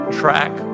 track